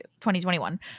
2021